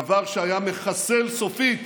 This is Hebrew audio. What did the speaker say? דבר שהיה מחסל סופית